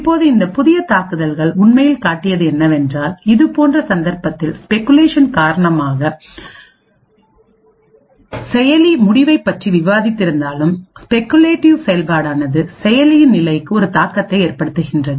இப்போது இந்த புதிய தாக்குதல்கள் உண்மையில் காட்டியது என்னவென்றால் இதுபோன்ற சந்தர்ப்பத்தில் ஸ்பெகுலேஷன் காரணமாக செயலி முடிவைப் பற்றி விவாதித்திருந்தாலும் ஸ்பெகுலேட்டிவ் செயல்பாடானது செயலியின் நிலைக்கு ஒரு தாக்கத்தை ஏற்படுத்துகிறது